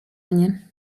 mnie